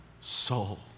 soul